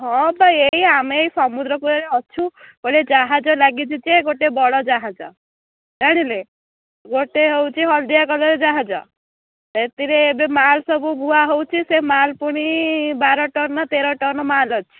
ହଁ ତ ଏଇ ଆମେ ଏଇ ସମୁଦ୍ରକୂଳରେ ଅଛୁ ଗୋଟେ ଯାହାଜ ଲାଗିଛି ଯେ ଗୋଟେ ବଡ଼ ଯାହାଜ ଜାଣିଲେ ଗୋଟେ ହେଉଛି ହଳଦିଆ କଲର୍ର ଯାହାଜ ସେଥିରେ ଏବେ ମାଲ୍ ସବୁ ବୁହା ହେଉଛି ସେ ମାଲ୍ ପୁଣି ବାର ଟନ୍ ତେର ଟନ୍ ମାଲ୍ ଅଛି